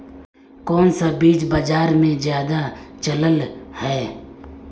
कोन सा बीज बाजार में ज्यादा चलल है?